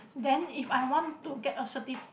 then if I want to get a certif~